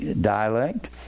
dialect